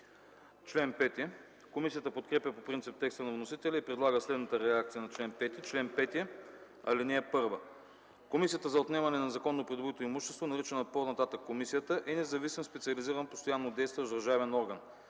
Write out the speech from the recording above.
Комисията подкрепя по принцип текста на вносителя и предлага следната редакция на чл. 5: „Чл. 5. (1) Комисията за отнемане на незаконно придобито имущество, наричана по-нататък „комисията”, е независим специализиран постояннодействащ държавен орган.